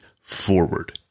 forward